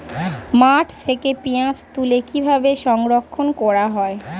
মাঠ থেকে পেঁয়াজ তুলে কিভাবে সংরক্ষণ করা হয়?